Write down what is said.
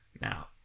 Now